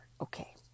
Okay